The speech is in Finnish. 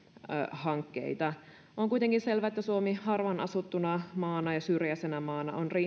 hankkeita on kuitenkin selvää että suomi harvaan asuttuna maana ja syrjäisenä maana on